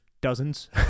dozens